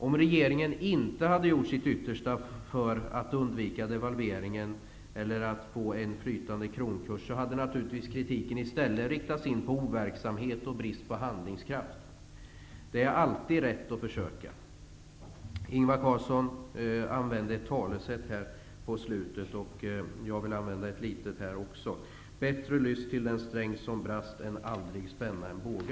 Om regeringen inte hade gjort sitt yttersta för att undvika en devalvering eller en flytande kronkurs, hade naturligtvis kritiken riktats mot overksamhet och bristande handlingskraft. Det är alltid rätt att försöka. Ingvar Carlsson använde ett talesätt. Jag vill också använda ett: Bättre lyss till den sträng som brast än aldrig spänna en båge.